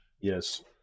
Yes